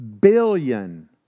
billion